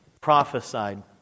prophesied